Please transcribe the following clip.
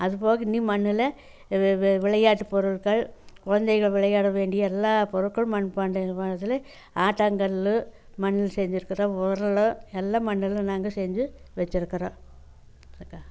அதுபோக இன்னும் மண்ணில் இது விளையாட்டு பொருட்கள் குழந்தைகள் விளையாட வேண்டிய எல்லா பொருட்களும் மண்பாண்டங்கள் ஆட்டாங்கல்லு மண்ணில் செஞ்சுருக்குறோம் உரலு எல்லாம் மண்ணில் நாங்கள் செஞ்சு வச்சுருக்குறோம்